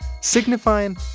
signifying